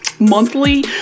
Monthly